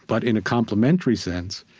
but in a complementary sense,